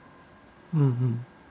mm mm